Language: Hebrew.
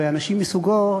אנשים מסוגו,